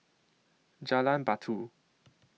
Jalan Batu